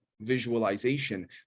visualization